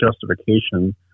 justification